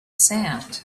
sand